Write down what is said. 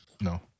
no